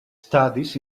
studies